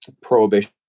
prohibition